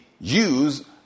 use